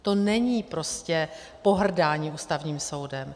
To není prostě pohrdání Ústavním soudem.